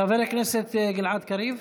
חבר הכנסת גלעד קריב.